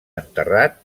enterrat